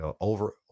over